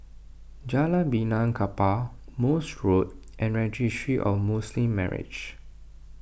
Jalan Benaan Kapal Morse Road and Registry of Muslim Marriages